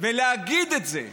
ולהגיד את זה,